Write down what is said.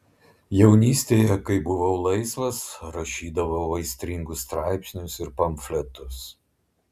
jaunystėje kai buvau laisvas rašydavau aistringus straipsnius ir pamfletus